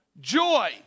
Joy